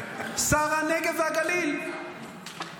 שר הנגב והגליל,